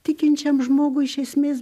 tikinčiam žmogui iš esmės